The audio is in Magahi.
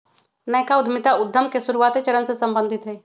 नयका उद्यमिता उद्यम के शुरुआते चरण से सम्बंधित हइ